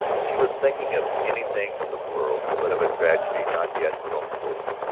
she was thinking of anything in the world but of a tragedy not yet grown cold,